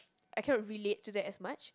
I cannot relate to that as much